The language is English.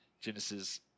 Genesis